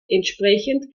entsprechend